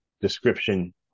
description